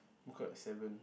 woke up at seven